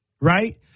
right